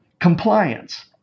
compliance